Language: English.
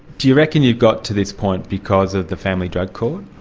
do you reckon you've got to this point because of the family drug court?